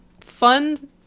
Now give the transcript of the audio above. Fun